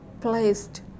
placed